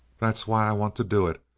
that's why i want to do it.